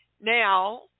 Now